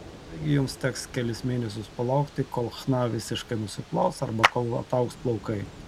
taigi jums teks kelis mėnesius palaukti kol chna visiškai nusiplaus arba kol ataugs plaukai